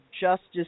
justice